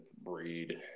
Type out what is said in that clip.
breed